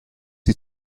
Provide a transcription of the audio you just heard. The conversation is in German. die